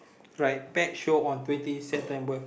write pet shop on twenty September